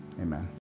Amen